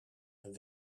een